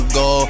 go